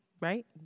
Right